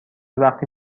وقی